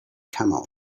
camels